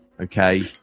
okay